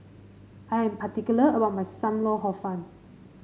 I am particular about my Sam Lau Hor Fun